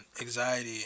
anxiety